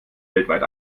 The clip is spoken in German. weltweit